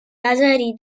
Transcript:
نظری